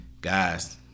guys